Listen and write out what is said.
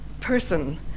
person